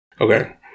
Okay